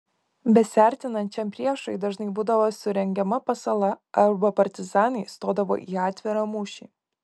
besiartinančiam priešui dažnai būdavo surengiama pasala arba partizanai stodavo į atvirą mūšį